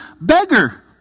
beggar